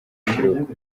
w’ikiruhuko